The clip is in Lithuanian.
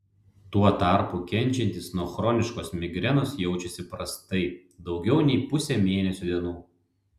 tuo tarpu kenčiantys nuo chroniškos migrenos jaučiasi prastai daugiau nei pusę mėnesio dienų